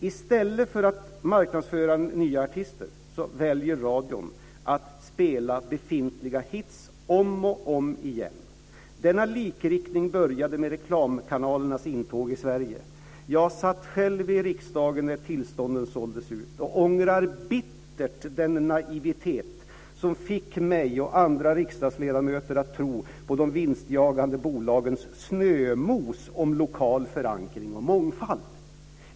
I stället spelas redan befintliga hits om och om igen. Denna likriktning började med reklamkanalernas intåg i Sverige. Jag satt själv i riksdagen när tillstånden såldes ut och ångrar bittert den naivitet som fick mig och andra riksdagsledamöter att tro på de vinstjagande bolagens snömos om 'lokal förankring' och 'mångfald'."